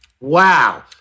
Wow